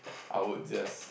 I would just